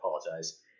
apologize